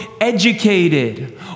educated